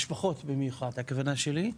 משפחות במיוחד הכוונה שלי,